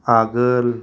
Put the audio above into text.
आगोल